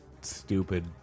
stupid